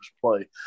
play